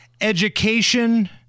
education